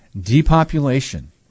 Depopulation